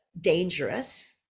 dangerous